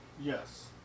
Yes